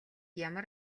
ямар